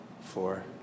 four